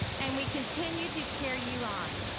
and we continue to cheer you on.